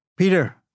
Peter